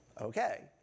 Okay